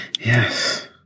yes